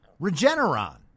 Regeneron